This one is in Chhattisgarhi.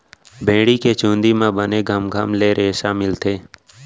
भेड़ी के चूंदी म बने घमघम ले रेसा मिलथे